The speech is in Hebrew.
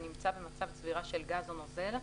הנמצא במצב צבירה של גז או נוזל,